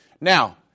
Now